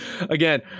Again